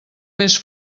més